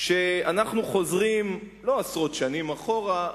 שאנחנו חוזרים לא עשרות שנים אחורה,